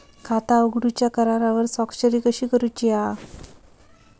खाता उघडूच्या करारावर स्वाक्षरी कशी करूची हा?